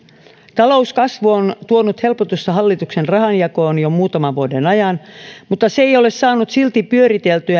talouskasvu on tuonut helpotusta hallituksen rahanjakoon jo muutaman vuoden ajan mutta se ei ole saanut silti pyöriteltyä